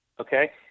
Okay